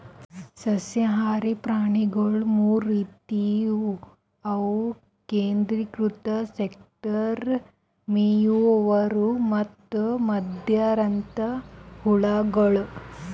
ಸಸ್ಯಹಾರಿ ಪ್ರಾಣಿಗೊಳ್ ಮೂರ್ ರೀತಿವು ಅವು ಕೇಂದ್ರೀಕೃತ ಸೆಲೆಕ್ಟರ್, ಮೇಯುವವರು ಮತ್ತ್ ಮಧ್ಯಂತರ ಹುಳಗಳು